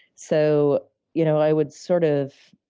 so you know i would sort of